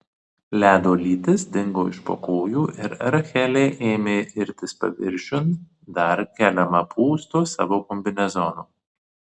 ledo lytis dingo iš po kojų ir rachelė ėmė irtis paviršiun dar keliama pūsto savo kombinezono